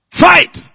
Fight